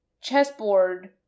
chessboard